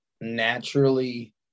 naturally